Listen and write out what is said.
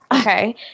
Okay